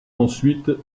ensuite